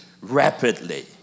rapidly